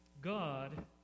God